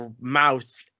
mouse